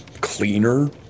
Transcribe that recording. cleaner